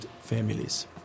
families